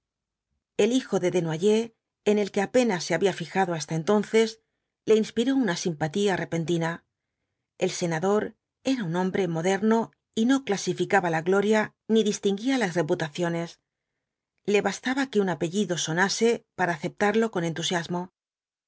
el hijo de desnoyers en el que apenas se había fijado hasta entonces le inspiró una simpatía repentina el senador era un hombre moderno y no clasificaba la gloria ni distinguía las reputaciones le bastaba que un apellido sonase para aceptarlo con entusiasmo